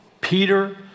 Peter